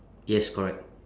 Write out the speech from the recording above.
yes correct